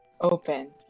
open